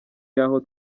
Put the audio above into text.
y’aho